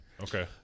Okay